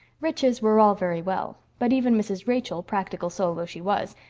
riches were all very well but even mrs. rachel, practical soul though she was,